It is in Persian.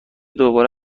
دوباره